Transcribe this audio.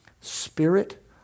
spirit